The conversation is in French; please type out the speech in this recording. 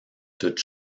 toutes